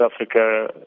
Africa